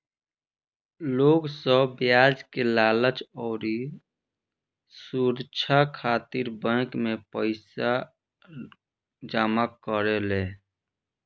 लोग सब ब्याज के लालच अउरी सुरछा खातिर बैंक मे पईसा जमा करेले